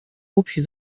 общий